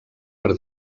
per